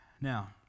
Now